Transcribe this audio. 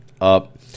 up